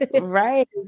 Right